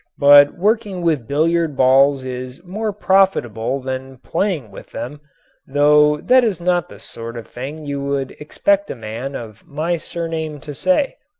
but working with billiard balls is more profitable than playing with them though that is not the sort of thing you would expect a man of my surname to say.